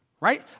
right